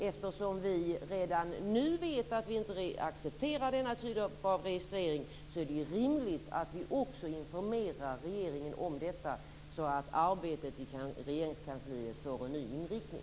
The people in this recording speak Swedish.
Eftersom vi redan nu vet att vi inte accepterar denna typ av registrering, är det ju rimligt att vi också informerar regeringen om detta så att arbetet i Regeringskansliet får en ny inriktning.